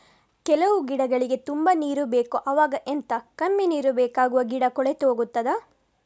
ಕೆಲವು ಗಿಡಗಳಿಗೆ ತುಂಬಾ ನೀರು ಬೇಕು ಅವಾಗ ಎಂತ, ಕಮ್ಮಿ ನೀರು ಬೇಕಾಗುವ ಗಿಡ ಕೊಳೆತು ಹೋಗುತ್ತದಾ?